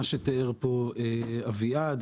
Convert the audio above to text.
מה שתיאר פה אביעד,